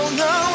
no